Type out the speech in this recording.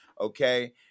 Okay